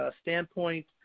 standpoint